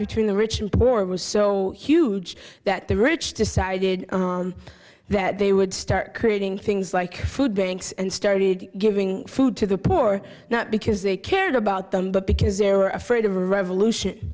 between the rich and poor was so huge that the rich decided that they would start creating things like food banks and started giving food to the poor not because they cared about them but because they're afraid of revolution